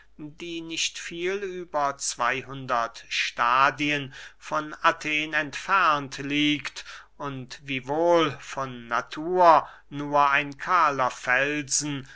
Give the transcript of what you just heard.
die nicht viel über zwey hundert stadien von athen entfernt liegt und wiewohl von natur nur ein kahler felsen